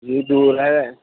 یہ جو ہے